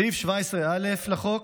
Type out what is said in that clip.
סעיף 17א לחוק